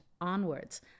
onwards